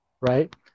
right